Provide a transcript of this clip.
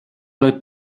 del